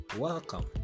Welcome